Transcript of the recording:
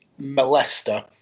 molester